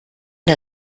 der